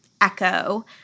echo